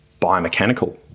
biomechanical